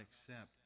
accept